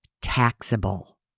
taxable